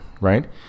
right